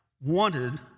wanted